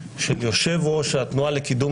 יושב-ראש התנועה לאיכות השלטון,